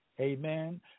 Amen